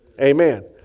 Amen